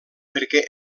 perquè